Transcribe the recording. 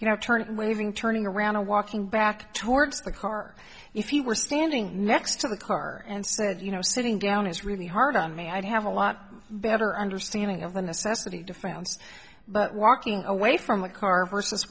you know turn waving turning around a walking back towards the car if you were standing next to the car and said you know sitting down is really hard on me i'd have a lot better understanding of the necessity to fans but walking away from the car